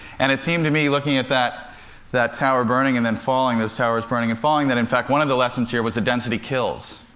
and it seemed to me looking at that that tower burning and then falling, those towers burning and falling that in fact, one of the lessons here was that density kills.